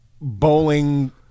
bowling